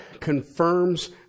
confirms